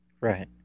Right